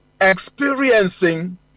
experiencing